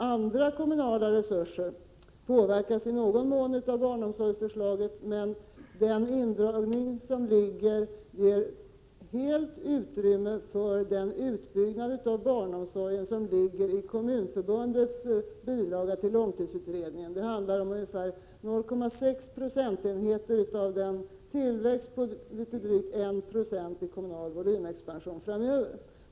Andra kommunala resurser påverkas i någon mån av barnomsorgsförslaget. Men den indragning som ligger däri ger fullt utrymme för den utbyggnad av barnomsorgen som redovisas i Kommunförbundets bilaga till långtidsutredningen. Det handlar om ungefär 0,6 procentenheter av den tillväxt på litet drygt 1 26 i kommunal volymexpansion som beräknas framöver.